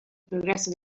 progresso